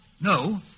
No